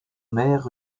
mer